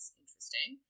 interesting